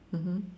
mmhmm